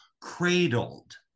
cradled